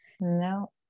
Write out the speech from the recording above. no